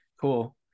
cool